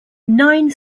nine